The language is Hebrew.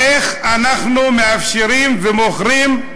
איך אנחנו מאפשרים ומוכרים,